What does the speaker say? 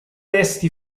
resti